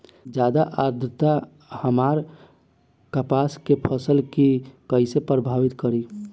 ज्यादा आद्रता हमार कपास के फसल कि कइसे प्रभावित करी?